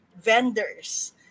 vendors